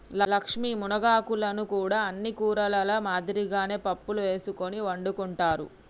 లక్ష్మీ మునగాకులను కూడా అన్ని ఆకుకూరల మాదిరిగానే పప్పులో ఎసుకొని వండుకుంటారు